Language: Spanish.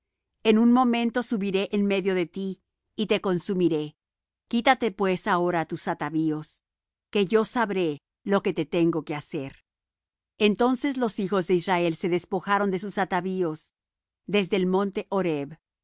en un momento subiré en medio de ti y te consumiré quítate pues ahora tus atavíos que yo sabré lo que te tengo de hacer entonces los hijos de israel se despojaron de sus atavíos desde el monte horeb